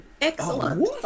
Excellent